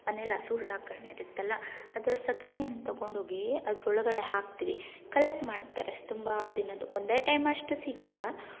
ಮನೆಯಲ್ಲಿ ಹಸು ಸಾಕಣೆ ಇರುತ್ತಲ್ಲ ಅದ್ರ ಸೆಗಣಿಯನ್ನು ತೊಗೊಂಡೋಗಿ ಅದ್ರೊಳಗಡೆ ಹಾಕ್ತೀವಿ ಕಲೆಕ್ಟ್ ಮಾಡ್ತಾರೆ ತುಂಬ ದಿನದ್ದು ಒಂದೇ ಟೈಮ್ ಅಷ್ಟು ಸಿಗೊಲ್ಲ